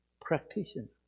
practitioner